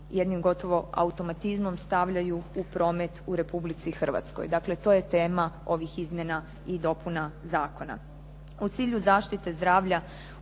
jednim gotovo automatizmom stavljaju u promet u Republici Hrvatskoj. Dakle, to je tema ovih izmjena i dopuna zakona.